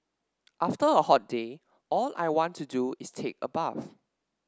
after a hot day all I want to do is take a bath